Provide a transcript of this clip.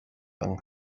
yng